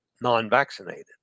non-vaccinated